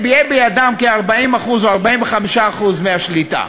יהיו בידם כ-40% או 45% מהשליטה.